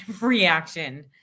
reaction